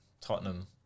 Tottenham